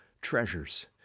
treasures